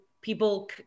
people